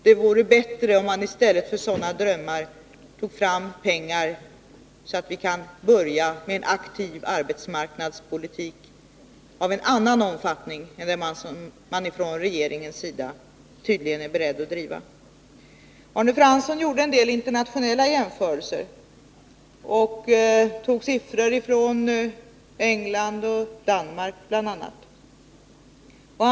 Det vore bättre att man i stället för sådana drömmar tog fram pengar, så att vi kunde börja med aktiv arbetsmarknadspolitik av en annan omfattning än den man från regeringens sida tydligen är beredd att driva. Arne Fransson gjorde vidare en del internationella jämförelser och tog siffror från bl.a. England och Danmark.